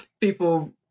People